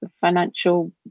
financial